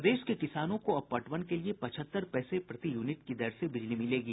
प्रदेश के किसानों को अब पटवन के लिए पचहत्तर पैसे प्रति यूनिट की दर से बिजली मिलेगी